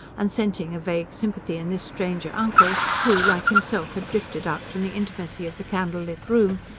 and scenting a vague sympathy in this stranger uncle who, like himself, had drifted out from the intimacy of the candle-lit room,